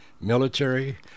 military